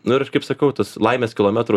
nu ir aš kaip sakau tas laimės kilometrų